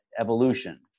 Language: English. evolution